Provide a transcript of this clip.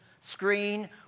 screen